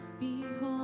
behold